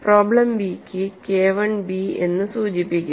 problem ബിക്ക് KI b എന്ന് സൂചിപ്പിക്കുന്നു